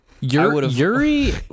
Yuri